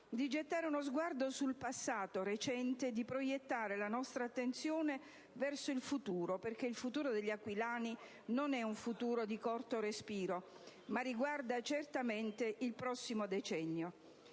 di gettare uno sguardo sul passato recente e di proiettare la nostra attenzione verso il futuro, perché il futuro degli aquilani non è di corto respiro ma riguarda certamente il prossimo decennio.